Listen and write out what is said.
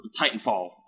Titanfall